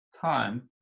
time